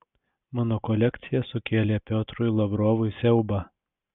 mano kolekcija sukėlė piotrui lavrovui siaubą